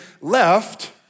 left